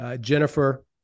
Jennifer